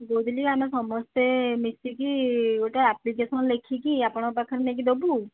ମୁଁ କହୁଥିଲି ଆମେ ସମସ୍ତେ ମିଶିକି ଗୋଟେ ଆପ୍ଲିକେସନ୍ ଲେଖିକି ଆପଣଙ୍କ ପାଖରେ ନେଇକି ଦେବୁ